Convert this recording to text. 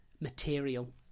material